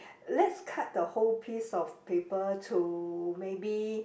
let's cut the whole piece of paper to maybe